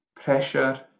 pressure